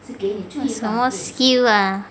什么 skill ah